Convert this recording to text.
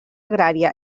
agrària